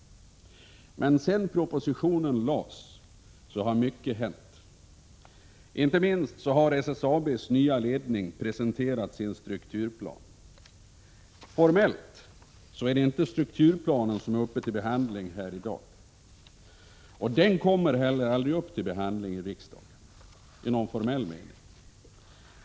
Men sedan propositionen lades fram har mycket hänt. Inte minst har SSAB:s nya ledning presenterat sin strukturplan. Formellt är det inte strukturplanen som är uppe till behandling här i dag, och den kommer heller aldrig upp till behandling i riksdagen i någon formell mening.